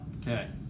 Okay